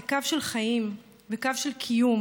זה קו של חיים וקו של קיום.